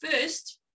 first